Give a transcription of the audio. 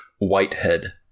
whitehead